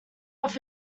off